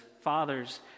Fathers